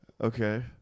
Okay